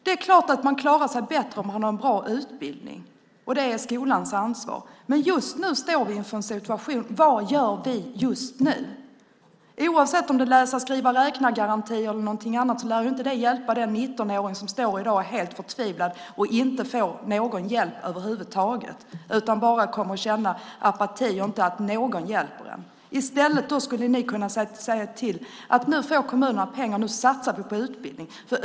Det är klart att man klarar sig bättre om man har en bra utbildning, och det är skolans ansvar. Men nu står vi inför en situation där vi måste fråga oss: Vad gör vi just nu? Oavsett om det är läsa-skriva-räkna-garanti eller någonting annat lär det inte hjälpa den 19-åring som står i dag och är helt förtvivlad och inte får någon hjälp över huvud taget. De känner bara apati och att ingen hjälper dem. I stället skulle ni kunna se till att kommunerna får pengar och satsa på utbildning.